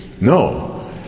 No